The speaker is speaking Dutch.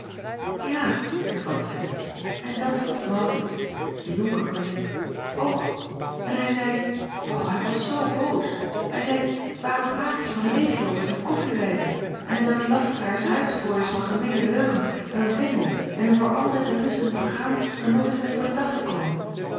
a hervatte zij en dat vroeg aurits de onker meen ik ook en hij zeî o hij was zoo boos hij zeî t waren praatjes van leêgloopers en koffiewijven en hij zou die lasteraars en uitstrooiers van gemeene leugens wel vinden en hun voor altijd den lust doen vergaan er nog eens meê voor den dag te komen